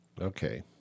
Okay